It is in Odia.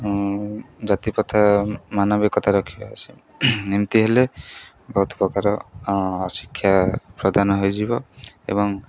ଜାତିପ୍ରଥା ମାନବିକତା ରଖି ଏମିତି ହେଲେ ବହୁତ ପ୍ରକାର ଶିକ୍ଷା ପ୍ରଦାନ ହୋଇଯିବ ଏବଂ